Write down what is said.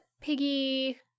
Piggy